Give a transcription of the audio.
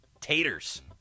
Taters